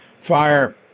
fire